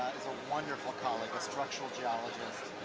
wonderful colleague, a structural geologist,